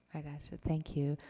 i gotcha, thank you.